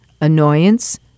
annoyance